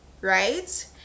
right